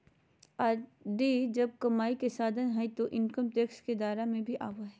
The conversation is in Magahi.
आर.डी जब कमाई के साधन हइ तो इनकम टैक्स के दायरा में भी आवो हइ